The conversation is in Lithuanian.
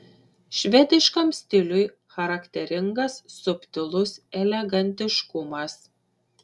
švediškam stiliui charakteringas subtilus elegantiškumas